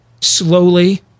slowly